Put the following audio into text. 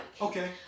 Okay